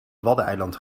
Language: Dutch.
waddeneilanden